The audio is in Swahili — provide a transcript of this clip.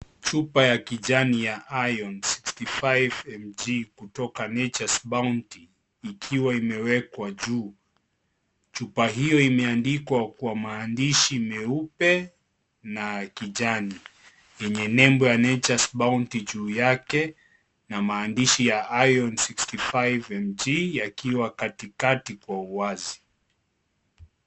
Chupa ya kijani ya Iron 65 mg kutoka Nature's Bounty ikiwa imewekwa juu. Chupa hiyo imeandikwa kwa maandishi meupe na kijani yenye nembo ya Nature's Bounty juu yake na maandishi ya Iron 65 mg yakiwa katikati kwa uwazi.